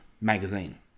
magazine